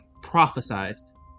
prophesized